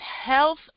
health